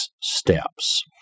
steps